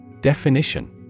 Definition